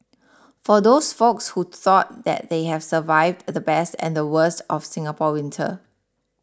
for those folks who thought that they have survived the best and the worst of Singapore winter